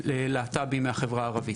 ללהט״בים מהחברה הערבית.